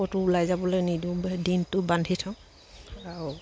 ক'তো ওলাই যাবলে নিদিওঁ দিনটো বান্ধি থওঁ আৰু